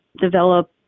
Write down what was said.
develop